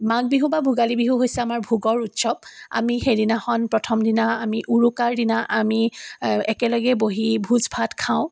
মাঘ বিহু বা ভোগালী বিহু হৈছে আমাৰ ভোগৰ উৎসৱ আমি সেই দিনাখন প্ৰথম দিনা আমি উৰুকাৰ দিনা আমি একেলগে বহি ভোজ ভাত খাওঁ